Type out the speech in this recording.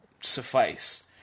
suffice